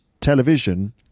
television